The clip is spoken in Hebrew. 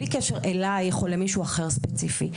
בלי קשר אלייך או למישהו אחר ספציפי,